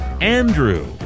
Andrew